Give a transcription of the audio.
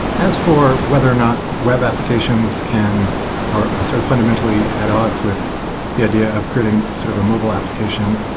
as for whether or not web applications can or or sort of fundamentally at odds with the idea of creating sort of a mobile application,